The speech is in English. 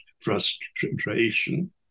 Frustration